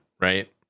right